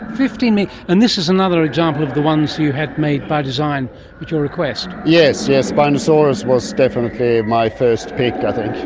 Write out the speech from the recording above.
fifteen metres! and this is another example of the ones you had made by design at your request. yes, yeah spinosaurus was definitely my first pick i think.